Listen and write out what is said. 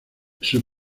sus